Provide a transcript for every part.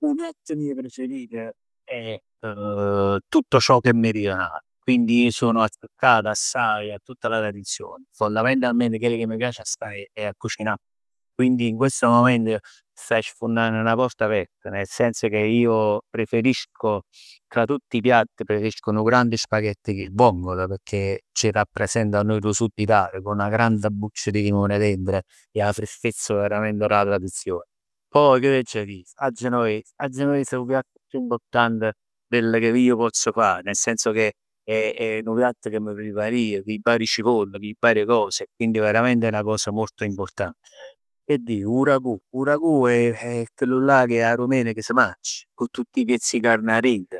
'O piatt meje preferito è tutto ciò che è meridionale, quindi sono azzeccato assaje 'a tutta la tradizione. Fondamentalmente chell ch' m' piace assaje è è 'a cucinà, quindi in questo momento staje sfunnann 'na porta apert. Nel senso che io preferisco, cà tutt 'e piatt, preferisco nu grand spavett cu 'e vongole pecchè ci rappresenta a noi dò Sud Italia, cu 'na grande buccia di limone dentro è 'a freschezza verament dà tradizion. Poj che t'aggia dì? 'A genoves? 'A genoves è 'o piatto chiù importante, chell cà ij pozz fa, nel senso che è 'nu piatt ca m' prepar ij cu nu par 'e cipoll, nu par 'e cos e quindi veramente è 'na cosa molto importante. Che dì? 'O ragù? 'O ragù è chillullà che 'a domenica s' mang cu tutt 'e piezz 'e carna aint.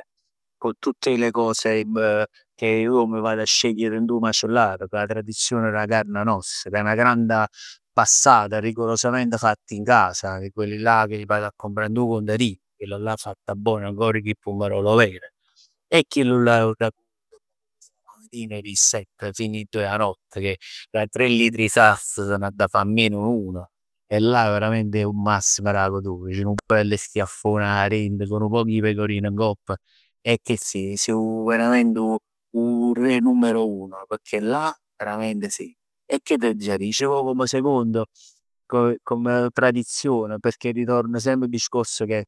Cu tutte le cose che che ij m' vag a scegliere dint 'o maellar, cu 'a tradizion dà carna nosta che è 'na granda passata, rigorosamente fatta in casa, quelle là che vado a comprà dint 'o contadino. Chellallà fatta bon ancor cu 'e pummarol 'o ver. E chillullà è 'o ragù dà matin 'e sett fino 'e doje 'a nott che da tre litri 'e salsa s'adda fa almeno una. E là veramente è 'o massimo dà goduria, ceh 'nu bell schiaffon 'a into, cu nu poc 'e pecorin ngopp. E che si? Si verament 'o re numero uno, pecchè là veramente sì. E che t'aggia dice, poje come secondo, come tradizione, perchè ritorna semp 'o discorso che